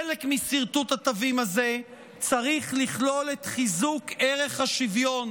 חלק מסרטוט התווים הזה צריך לכלול את חיזוק ערך השוויון